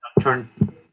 turn